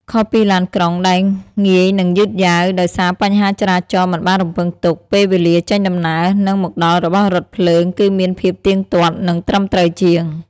ខុសពីឡានក្រុងដែលងាយនឹងយឺតយ៉ាវដោយសារបញ្ហាចរាចរណ៍មិនបានរំពឹងទុក ពេលវេលាចេញដំណើរ និងមកដល់របស់រថភ្លើងគឺមានភាពទៀងទាត់ និងត្រឹមត្រូវជាង។